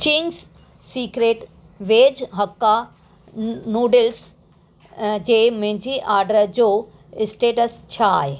Ching's secret veg hakka न noodles अ जे मुंहिंजे ऑडर जो स्टेटस छा आहे